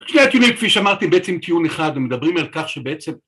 שני הטיעונים, כפי שאמרתי, בעצם טיעון אחד, ומדברים על כך שבעצם...